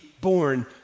born